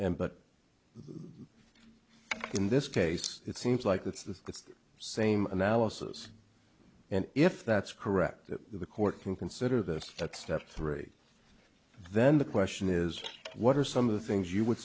the in this case it seems like it's the same analysis and if that's correct the court can consider this at step three then the question is what are some of the things you would